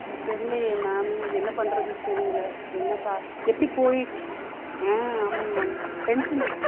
ம் தெரியலயே மேம் என்ன பண்ணுறதுன்னு தெரியல என்னக்கா எப்படி போய் ஆ ஆமாம் மேம் டென்ஷனாக